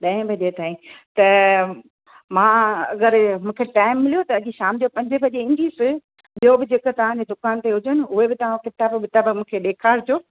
ॾहे बजे ताईं त मां अगरि मूंखे टाइम मिलियो त अॼु शाम जो पंजे बजे ईंदसि ॿियो बि जेका तव्हां जी दुकान ते हुजनि उहे बि तव्हां किताब विताब मूंखे ॾेखारिजो